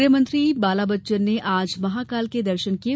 गृहमंत्री बाला बच्चन ने आज महाकाल के दर्शन किये